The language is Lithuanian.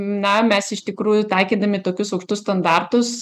na mes iš tikrųjų taikydami tokius aukštus standartus